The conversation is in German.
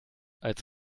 als